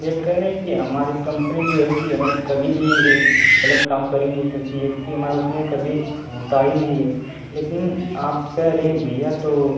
भैया कह रहे हैं कि हमारी कम्पनी जो है कि हमारी कभी भी ये गलत काम कर ही नहीं सकती है क्योंकि हमारे उसमें कभी होता ही नहीं है लेकिन आप कह रहे भैया तो